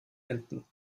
enten